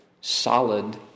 solid